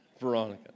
Veronica